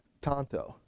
Tonto